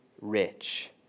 rich